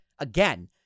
Again